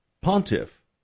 Pontiff